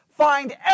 find